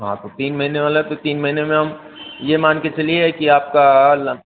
हाँ तो तीन महीने वाला तो तीन महीने में हम यह मानकर चलिए कि आपका ल